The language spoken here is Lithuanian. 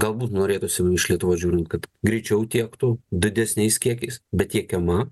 galbūt norėtųsi iš lietuvos žiūrint kad greičiau tiektų didesniais kiekiais bet tiekiama